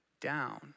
down